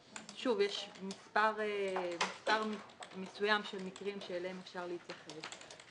שוב, יש מס' מסוים של מקרים שאליהם אפשר להתייחס.